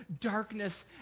darkness